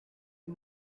you